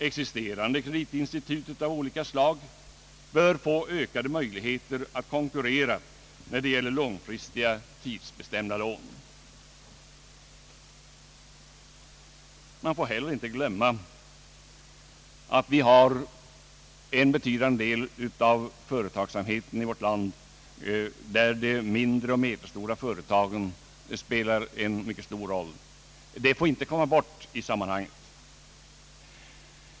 Existerande kreditinstitut av olika slag bör få ökade möjligheter att konkurrera när det gäller långfristiga tidsbestämda lån. Vi får inte heller glömma att en betydande del av företagsamheten i vårt land representeras av de mindre och medelstora företagen — de får inte komma bort i sammanhanget.